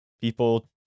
people